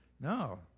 No